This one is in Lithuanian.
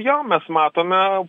jo mes matome